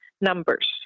numbers